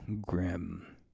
grim